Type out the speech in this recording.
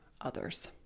others